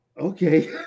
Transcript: Okay